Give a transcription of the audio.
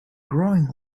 growing